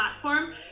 platform